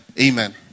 Amen